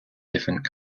different